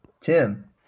Tim